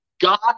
God